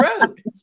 road